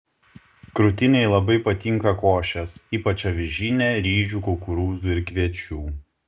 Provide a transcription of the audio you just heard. krūtinei labai patinka košės ypač avižinė ryžių kukurūzų ir kviečių